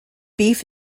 beef